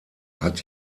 hat